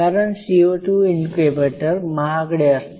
कारण CO2 incubator महागडे असते